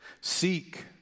Seek